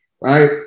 Right